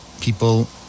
people